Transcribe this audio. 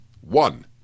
One